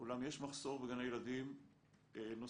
אולם יש מחסור בגני ילדים נוספים,